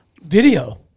video